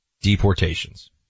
deportations